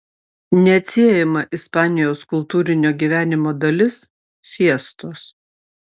neatsiejama ispanijos kultūrinio gyvenimo dalis fiestos